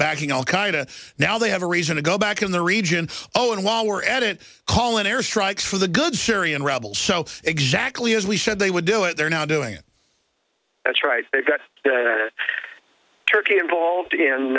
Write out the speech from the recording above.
backing al qaeda now they have a reason to go back in the region oh and while we're at it call in airstrikes for the good syrian rebels so exactly as we said they would do it they're now doing it that's right they've got turkey involved